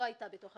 והשדרוג של